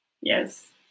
Yes